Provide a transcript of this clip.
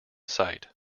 sight